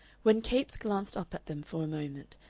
when capes glanced up at them for a moment,